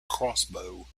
crossbow